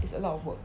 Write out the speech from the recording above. it's a lot of work